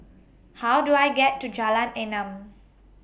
How Do I get to Jalan Enam